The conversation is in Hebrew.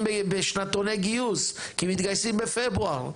בשנתוני גיוס כי מתגייסים בפברואר.